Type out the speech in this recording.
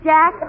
Jack